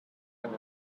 and